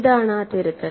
ഇതാണ് ആ തിരുത്തൽ